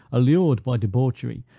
allured by debauchery,